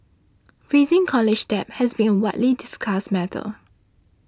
rising college debt has been a widely discussed matter